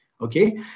okay